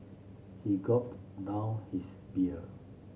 he gulped down his beer